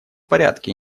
порядке